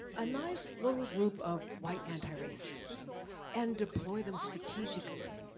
a nice little group of white anti-racists and deploy them strategically.